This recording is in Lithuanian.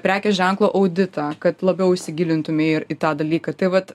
prekės ženklo auditą kad labiau įsigilintumei į tą dalyką tai vat